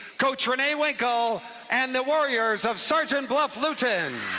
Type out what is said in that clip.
coach renee winkel and the warriors of sergeant bluff-luton.